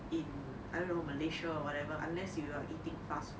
in I don't know malaysia or whatever unless you are eating fast food